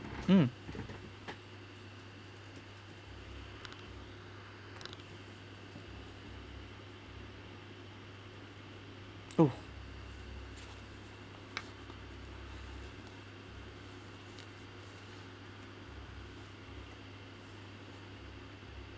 mm oh